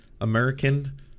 American